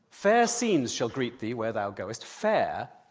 fair scenes shall greet thee where thou goest fair,